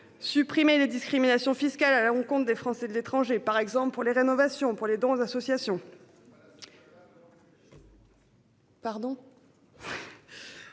supprimer les discriminations fiscales à l'encontre des Français de l'étranger, par exemple pour les rénovations ou pour les dons aux associations. En